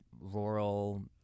rural